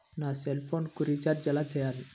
నా సెల్ఫోన్కు రీచార్జ్ ఎలా చేయాలి?